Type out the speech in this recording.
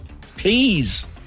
Please